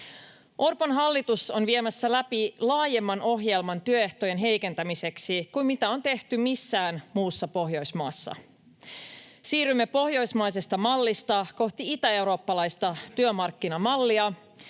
Orpon hallitus on viemässä läpi laajemman ohjelman työehtojen heikentämiseksi kuin mitä on tehty missään muussa Pohjoismaassa. Siirrymme pohjoismaisesta mallista kohti itäeurooppalaista työmarkkinamallia,